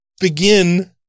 begin